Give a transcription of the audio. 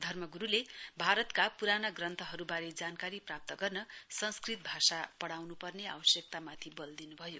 धर्मग्रूले भारतका प्राना ग्रन्थहरूबारे जानकारी प्राप्त गर्न संस्कृत भाषा पढाउन्पर्ने आवश्यकतामाथि बल दिन्भयो